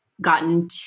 gotten